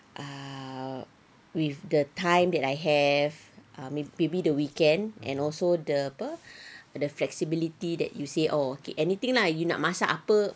ah with the time that I have ah may maybe the weekend and also the apa the flexibility that you say orh okay anything lah you nak masak apa